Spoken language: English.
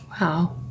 Wow